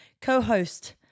co-host